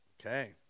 Okay